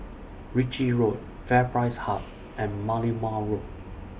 Ritchie Road FairPrice Hub and Merlimau Road